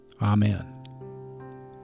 Amen